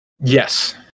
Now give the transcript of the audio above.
Yes